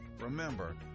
remember